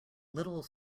little